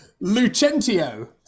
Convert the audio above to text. Lucentio